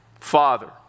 Father